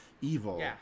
evil